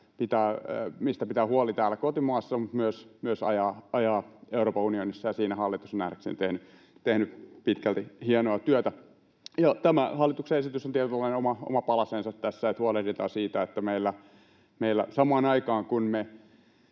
pitää pitää huoli täällä kotimaassa mutta myös ajaa sitä Euroopan unionissa, ja siinä hallitus on nähdäkseni tehnyt pitkälti hienoa työtä. Tämä hallituksen esitys on tietynlainen oma palasensa siinä, että huolehditaan siitä, että samaan aikaan